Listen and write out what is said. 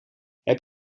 heb